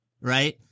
right